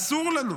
אסור לנו